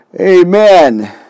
Amen